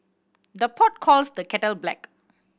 the pot calls the kettle black